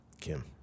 Kim